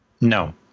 No